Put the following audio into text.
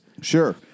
Sure